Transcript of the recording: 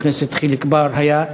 חבר הכנסת חיליק בר היה.